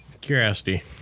Curiosity